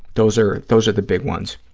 those are those are the big ones.